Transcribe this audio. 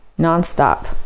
nonstop